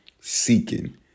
seeking